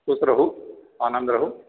खुश रहूँ आनन्द रहूँ